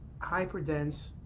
hyperdense